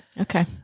Okay